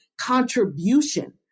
contribution